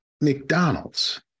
McDonald's